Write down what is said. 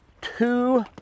Two